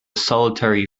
solitary